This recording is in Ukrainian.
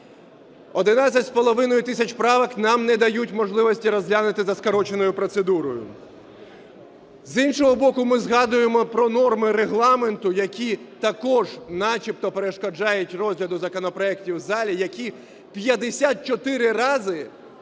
11,5 тисяч правок нам не дають можливості розглянути за скороченою процедурою. З іншого боку, ми згадуємо про норми Регламенту, які також начебто перешкоджають розгляду законопроектів у залі, які 54 рази,